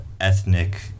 ethnic